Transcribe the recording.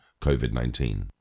COVID-19